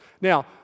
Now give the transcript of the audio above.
Now